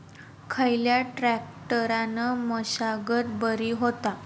खयल्या ट्रॅक्टरान मशागत बरी होता?